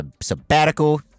sabbatical